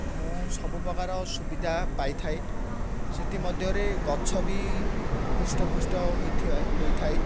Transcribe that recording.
ମୁଁ ସବୁପ୍ରକାର ସୁବିଧା ପାଇଥାଏ ସେଥିମଧ୍ୟରେ ଗଛ ବି ହୃଷ୍ଟପୃଷ୍ଟ ହୋଇଥାଏ